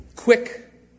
Quick